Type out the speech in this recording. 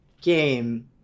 game